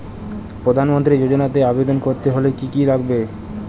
প্রধান মন্ত্রী যোজনাতে আবেদন করতে হলে কি কী লাগবে?